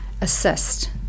assist